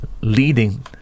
leading